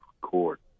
court